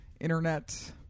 internet